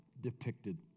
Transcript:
depicted